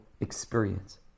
experience